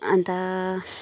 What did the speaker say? अन्त